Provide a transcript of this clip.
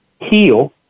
Heal